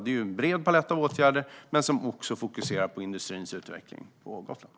Det är en bred palett av åtgärder som även fokuserar på industrins utveckling på Gotland.